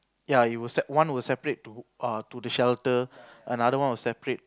ya it will set one will separate to err to the shelter another one will separate